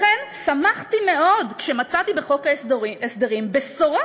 לכן שמחתי מאוד כשמצאתי בחוק ההסדרים בשורה